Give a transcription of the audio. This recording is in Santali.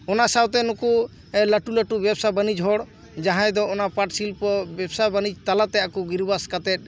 ᱚᱱᱟ ᱥᱟᱶᱛᱮ ᱱᱩᱠᱩ ᱞᱟᱴᱩ ᱞᱟᱴᱩ ᱵᱮᱵᱥᱟ ᱵᱟᱱᱤᱡᱽ ᱦᱚᱲ ᱡᱟᱦᱟᱸᱭ ᱫᱚ ᱚᱱᱟ ᱯᱟᱴ ᱥᱤᱞᱯᱚ ᱵᱮᱵᱥᱟ ᱵᱟᱱᱤᱡᱽ ᱛᱟᱞᱟᱛᱮ ᱟᱠᱚ ᱜᱤᱨᱟᱹᱵᱟᱥ ᱠᱟᱛᱮᱫ